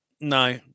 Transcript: No